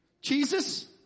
Jesus